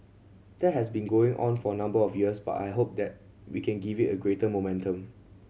that has been going on for a number of years but I hope that we can give it a greater momentum